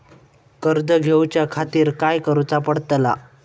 कर्ज घेऊच्या खातीर काय करुचा पडतला?